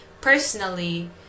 personally